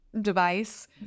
device